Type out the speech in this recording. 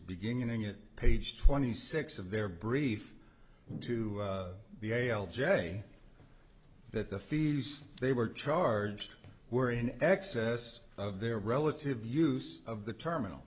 beginning it page twenty six of their brief to the a l j that the fees they were charged were in excess of their relative use of the terminal